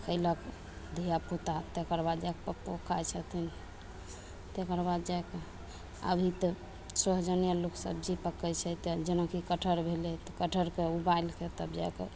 खयलक धियापुता तकरबाद जा कऽ पप्पो खाइ छथिन तकरबाद जा कऽ अभी तऽ सोहजने अल्लूके सब्जी पकय छै तऽ जेनाकि कटहर भेलय तऽ कटहरके उबालि कऽ तब जा कऽ